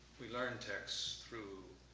we learn text through